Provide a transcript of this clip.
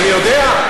אני יודע.